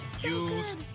use